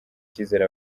icyizere